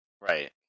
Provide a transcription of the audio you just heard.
right